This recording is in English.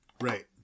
right